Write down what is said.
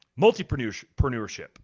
Multipreneurship